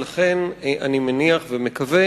ולכן אני מניח ומקווה